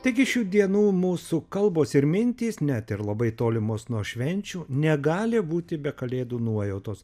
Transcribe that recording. taigi šių dienų mūsų kalbos ir mintys net ir labai tolimos nuo švenčių negali būti be kalėdų nuojautos